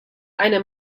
eine